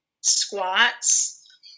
squats